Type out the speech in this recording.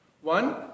One